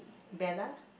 Bella